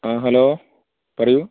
ആ ഹലോ പറയു